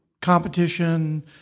competition